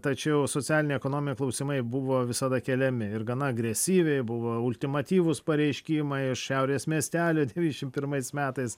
tačiau socialiniai ekonominiai klausimai buvo visada keliami ir gana agresyviai buvo ultimatyvūs pareiškimai šiaurės miestelyje devyniasdešimt pirmais metais